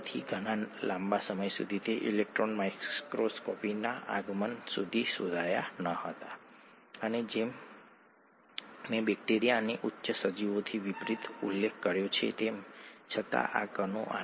તેથી તેઓ ઉકેલમાંથી બહાર નીકળી જાય છે તેમની વચ્ચેની ક્રિયાપ્રતિક્રિયાને કારણે તેઓ એકઠા થાય છે